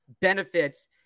benefits